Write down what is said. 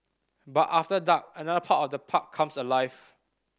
but after dark another part of the park comes alive